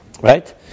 right